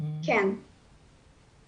הראשון שנכנס